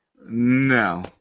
No